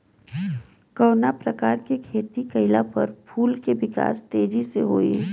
कवना प्रकार से खेती कइला पर फूल के विकास तेजी से होयी?